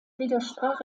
widersprach